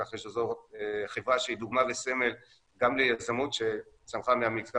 כך שזו חברה שהיא דוגמה וסמל גם ליזמות שצמחה מהמגזר